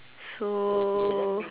so